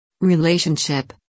Relationship